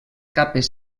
capes